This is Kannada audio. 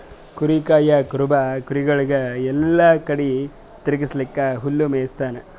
ಕುರಿ ಕಾಯಾ ಕುರುಬ ಕುರಿಗೊಳಿಗ್ ಎಲ್ಲಾ ಕಡಿ ತಿರಗ್ಸ್ಕೊತ್ ಹುಲ್ಲ್ ಮೇಯಿಸ್ತಾನ್